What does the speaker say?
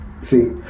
See